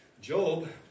Job